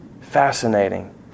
Fascinating